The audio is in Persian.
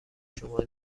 شما